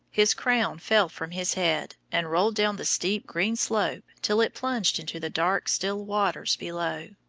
his crown fell from his head and rolled down the steep green slope till it plunged into the dark still waters below.